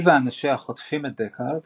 היא ואנשיה חוטפים את דקארד